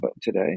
today